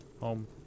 home